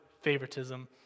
favoritism